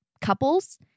couples